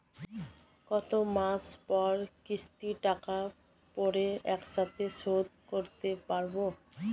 কত মাস পর কিস্তির টাকা পড়ে একসাথে শোধ করতে পারবো?